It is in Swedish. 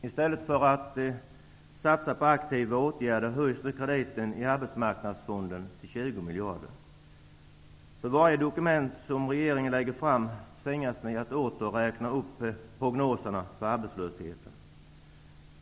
I stället för att satsa på aktiva åtgärder vill man nu höja krediten till Arbetsmarknadsfonden till 20 miljarder. För varje dokument som regeringen lägger fram tvingas man att räkna upp prognoserna för arbetslösheten.